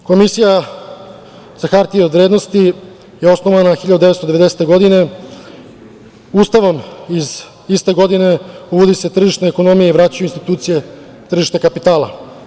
Komisija za hartiju od vrednosti je osnovana 1990. godine i Ustavom iz iste godine, uvodi se tržišna ekonomija i vraćaju institucije tržišnog kapitala.